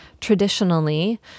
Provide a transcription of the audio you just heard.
Traditionally